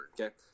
okay